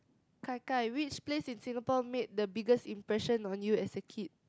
Gai Gai which place in Singapore made the biggest impression on you as a kid